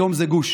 היום זה גוש.